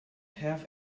have